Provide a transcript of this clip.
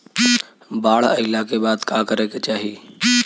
बाढ़ आइला के बाद का करे के चाही?